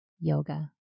Yoga